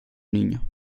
niño